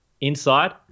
inside